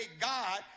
God